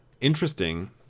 Interesting